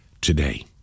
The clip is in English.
today